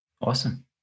Awesome